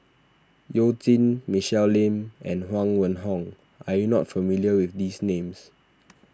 You Jin Michelle Lim and Huang Wenhong are you not familiar with these names